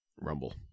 rumble